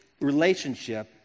relationship